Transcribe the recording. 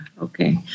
Okay